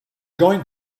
going